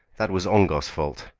that was ongar's fault.